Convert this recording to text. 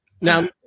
Now